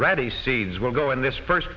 ready seeds will go in this first